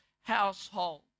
household